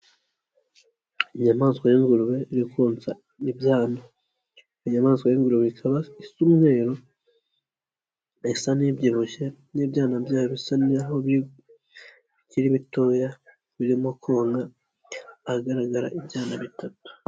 Inyamaswa y'ingurube iri konsa n'ibyana, inyamaswa y'ingurube ikaba isa umweru, isa n'ibyibushye n'ibyana byayo bisa n'aho bikiri bitoya birimo konka, ahagaragara ibyana bitatu.